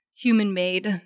human-made